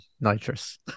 nitrous